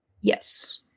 Yes